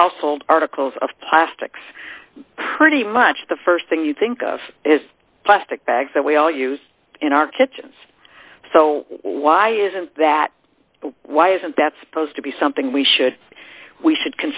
household articles of plastics pretty much the st thing you think of is plastic bags that we all use in our kitchens so why isn't that why isn't that supposed to be something we should we should